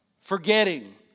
Forgetting